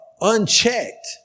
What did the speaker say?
unchecked